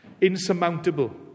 insurmountable